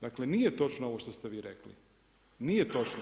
Dakle, nije točno ovo što ste vi rekli, nije točno.